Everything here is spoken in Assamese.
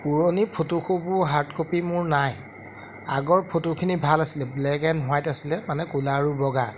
পুৰণি ফটোসুবো হাৰ্ডকপি মোৰ নাই আগৰ ফটোখিনি ভাল আছিলে ব্লেক এণ্ড হোৱাইট আছিল মানে ক'লা আৰু বগা